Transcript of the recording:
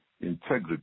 integrity